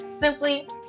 Simply